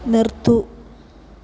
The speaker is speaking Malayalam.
നിർത്തൂ